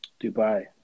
Dubai